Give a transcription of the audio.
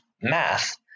math